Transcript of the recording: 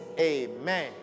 Amen